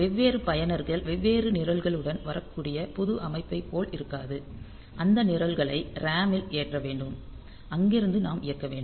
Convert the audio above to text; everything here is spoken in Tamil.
வெவ்வேறு பயனர்கள் வெவ்வேறு நிரல்களுடன் வரக்கூடிய பொது அமைப்பைப் போல் இருக்காது அந்த நிரல்களை RAM ல் ஏற்ற வேண்டும் அங்கிருந்து நாம் இயக்க வேண்டும்